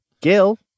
Gil